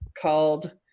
called